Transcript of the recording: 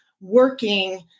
working